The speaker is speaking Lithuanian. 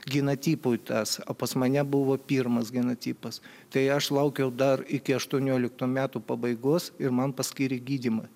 ginatipui tas o pas mane buvo pirmas genotipas tai aš laukiau dar iki aštuonioliktų metų pabaigos ir man paskyrė gydymą